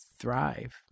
thrive